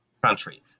country